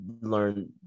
learn